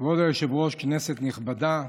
כבוד היושב-ראש, כנסת נכבדה,